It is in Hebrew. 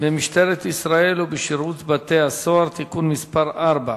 במשטרת ישראל ובשירות בתי-הסוהר (תיקון מס' 4),